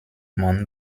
man